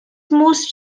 most